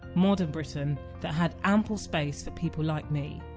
modern britain that had ample space for people like me.